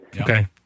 Okay